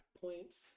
points